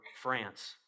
France